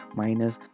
minus